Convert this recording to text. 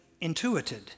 intuited